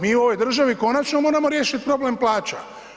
Mi u ovoj državi končano moramo riješiti problem plaća.